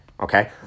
Okay